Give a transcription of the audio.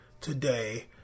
today